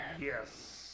Yes